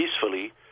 peacefully